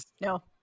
no